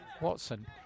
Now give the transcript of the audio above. Watson